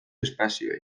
espazioei